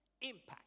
impact